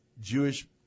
Jewish